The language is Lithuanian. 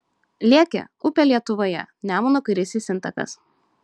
liekė upė lietuvoje nemuno kairysis intakas